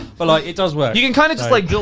but like it does work. you can kind of just like,